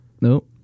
Nope